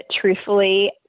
truthfully